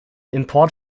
import